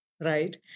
right